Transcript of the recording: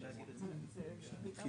אושרה